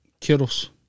Kittle's